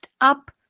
up